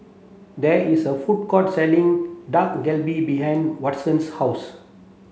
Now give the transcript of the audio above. there is a food court selling Dak Galbi behind Watson's house